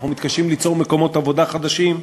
אנחנו מתקשים ליצור מקומות עבודה חדשים,